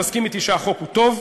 תסכים אתי שהחוק הוא טוב,